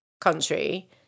country